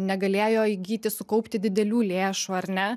negalėjo įgyti sukaupti didelių lėšų ar ne